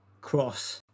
cross